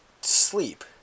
sleep